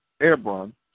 Abram